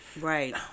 right